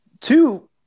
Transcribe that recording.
Two